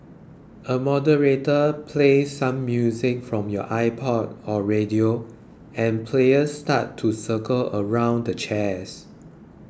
a moderator plays some music from your iPod or radio and players start to circle around the chairs